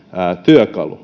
työkalu